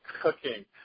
cooking